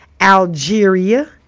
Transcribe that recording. Algeria